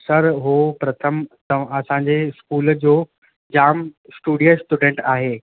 sir हू प्रथम तव असां जे स्कूल जो जामु स्टूडियज़ स्टूडेंट आहे